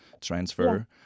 transfer